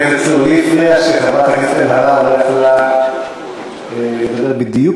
לי הפריע שחברת הכנסת אלהרר לא יכלה לדבר בדיוק